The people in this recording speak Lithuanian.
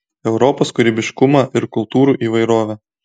europos kūrybiškumą ir kultūrų įvairovę